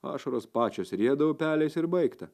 ašaros pačios rieda upeliais ir baigta